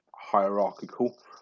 hierarchical